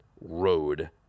road